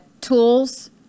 tools